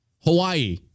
Hawaii